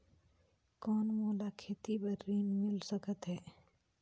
कौन मोला खेती बर ऋण मिल सकत है?